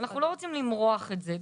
אנחנו לא רוצים למרוח את זה,